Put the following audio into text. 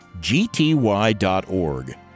gty.org